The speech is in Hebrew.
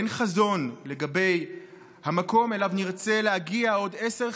אין חזון לגבי המקום שאליו נרצה להגיע עוד 10,